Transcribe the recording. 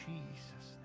Jesus